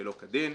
שלא כדין,